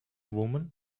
woman